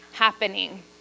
Happening